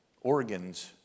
organs